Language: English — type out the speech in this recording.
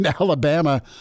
Alabama